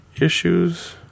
issues